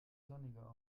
sonniger